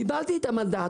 קיבלתי את המנדט